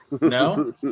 No